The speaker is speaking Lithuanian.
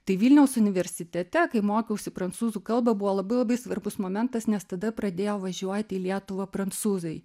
tai vilniaus universitete kai mokiausi prancūzų kalbą buvo labai labai svarbus momentas nes tada pradėjo važiuoti į lietuvą prancūzai